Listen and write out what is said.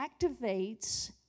activates